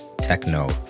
techno